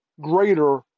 greater